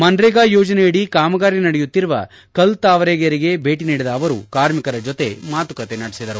ಮವ್ರೇಗಾ ಯೋಜನೆಯಡಿ ಕಾಮಗಾರಿ ನಡೆಯುತ್ತಿರುವ ಕಲ್ ತಾವರಗೇರಿಗೆ ಭೇಟಿ ನೀಡಿದ ಅವರು ಕಾರ್ಮಿಕರ ಜೊತೆ ಮಾತುಕತೆ ನಡೆಸಿದರು